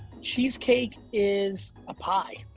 cheesecake is a pie.